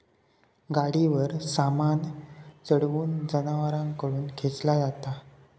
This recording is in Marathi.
गाडीवर सामान चढवून जनावरांकडून खेंचला जाता